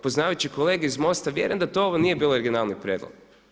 Poznavajući kolege iz MOST-a vjerujem da ovo nije bio originalni prijedlog.